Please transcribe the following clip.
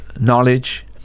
knowledge